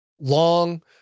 Long